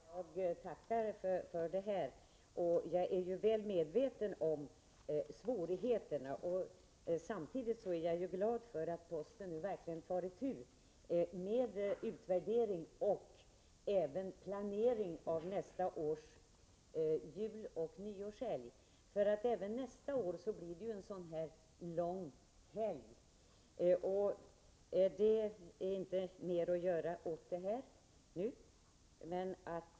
Herr talman! Jag tackar för det uttalandet. Jag är väl medveten om svårigheterna i detta sammanhang. Samtidigt är jag glad att postverket nu verkligen tar itu med detta och att man gör en utvärdering och även planerar för nästa juloch nyårshelg. Även då blir det en lång helg. Det finns ingenting att göra åt detta nu.